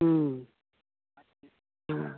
हाँ हाँ